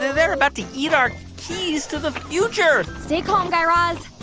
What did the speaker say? they're about to eat our keys to the future stay calm, guy raz.